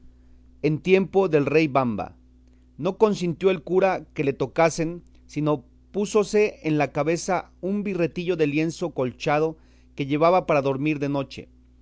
en tiempo del rey wamba no consintió el cura que le tocasen sino púsose en la cabeza un birretillo de lienzo colchado que llevaba para dormir de noche